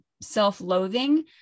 self-loathing